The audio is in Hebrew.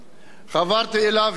חברתי אליו יחד